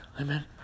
amen